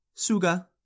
Suga